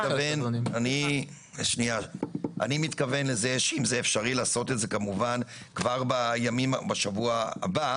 --- אני מתכוון לזה שאם זה אפשרי לעשות את זה כמובן כבר בשבוע הבא,